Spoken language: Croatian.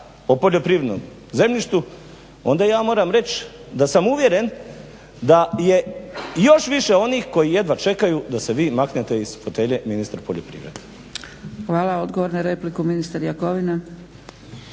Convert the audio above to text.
o poljoprivrednom zemljištu onda ja moram reć da sam uvjeren da je još više onih koji jedva čekaju da se vi maknete iz fotelje ministra poljoprivrede. **Zgrebec, Dragica (SDP)** Hvala. Odgovor na repliku ministar Jakovina.